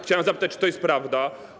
Chciałem zapytać: Czy to jest prawda?